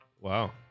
Wow